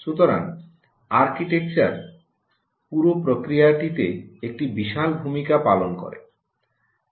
সুতরাং আর্কিটেকচার পুরো প্রক্রিয়াটিতে একটি বিশাল ভূমিকা পালন করে